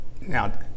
now